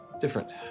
different